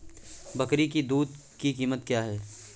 बकरी की दूध की कीमत क्या है?